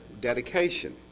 dedication